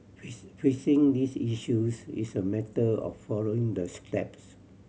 fix fixing these issues is a matter of following the steps